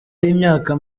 y’imyaka